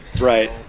Right